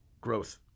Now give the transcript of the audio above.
growth